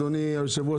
אדוני היושב-ראש,